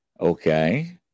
okay